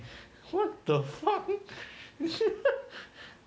what the fuck